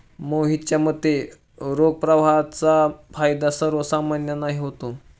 मोहितच्या मते, रोख प्रवाहाचा फायदा सर्वसामान्यांनाही होतो